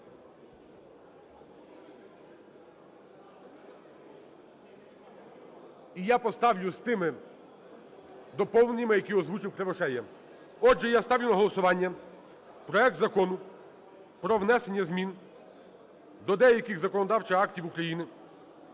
І я поставлю з тими доповненнями, які озвучивКривошея. Отже, я ставлю на голосування проект Закону про внесення змін до деяких законодавчих актів України